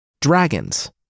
dragons